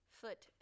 foot